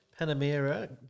Panamera